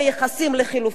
לחלופין כמובן,